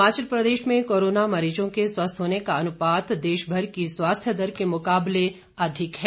हिमाचल प्रदेश में कोरोना मरीजों के स्वस्थ होने का अनुपात देश भर की स्वास्थ्य दर के मुकाबले अधिक है